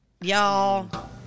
Y'all